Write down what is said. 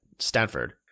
Stanford